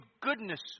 goodness